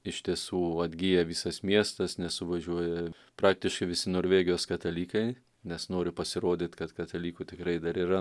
iš tiesų atgyja visas miestas nes suvažiuoja praktiškai visi norvegijos katalikai nes nori pasirodyt kad katalikų tikrai dar yra